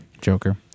Joker